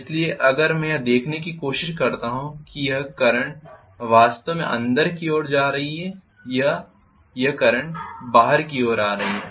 इसलिए अगर मैं यह देखने की कोशिश करता हूं कि यह करंट वास्तव में अंदर की ओर जा रही है और यह धारा बाहर की ओर आ रही है